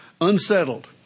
unsettled